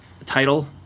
title